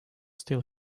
still